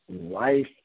life